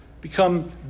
become